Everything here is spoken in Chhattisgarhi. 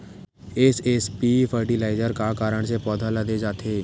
एस.एस.पी फर्टिलाइजर का कारण से पौधा ल दे जाथे?